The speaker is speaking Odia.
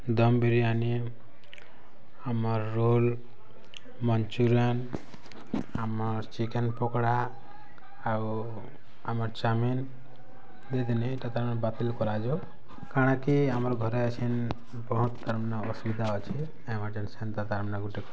ଦମ୍ ବିରିୟାନୀ ଆମର୍ ରୋଲ୍ ମଞ୍ଚୁରିଆନ୍ ଆମର୍ ଚିକେନ୍ ପକୋଡ଼ା ଆଉ ଆମର୍ ଚାଓମିନ୍ ଦେଇଥିନି ଏଇଟା ତାର୍ ମାନେ ବାତିଲ କରାଯାଉ କାଣା କି ଆମର୍ ଘରେ ସେନ୍ ବହୁତ ତାର୍ ମାନେ ଅସୁବିଧା ଅଛି ଏମ୍ରଜେନ୍ସି ହେନ୍ତା ତାର୍ ମାନେ ଗୁଟେ